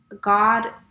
God